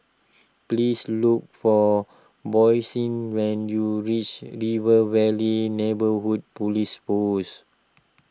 please look for Boysie when you reach River Valley Neighbourhood Police Post